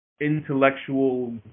intellectual